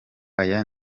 aya